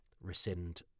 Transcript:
rescind